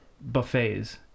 buffets